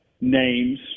names